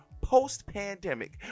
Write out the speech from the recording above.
post-pandemic